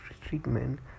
treatment